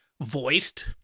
voiced